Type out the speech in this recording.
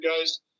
guys